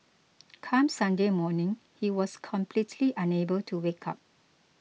come Sunday morning he was completely unable to wake up